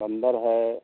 बंदर है